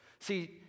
See